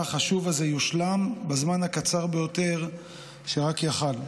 החשוב הזה יושלם בזמן הקצר ביותר שרק היה יכול.